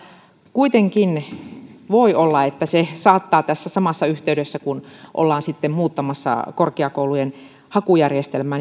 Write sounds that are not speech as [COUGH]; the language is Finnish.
kuitenkin voi olla että se saattaa tässä samassa yhteydessä kun ollaan sitten muuttamassa korkeakoulujen hakujärjestelmää [UNINTELLIGIBLE]